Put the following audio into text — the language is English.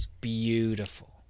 beautiful